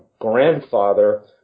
grandfather